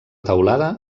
teulada